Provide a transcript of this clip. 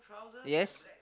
yes